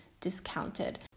discounted